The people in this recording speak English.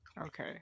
Okay